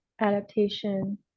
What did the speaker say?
adaptation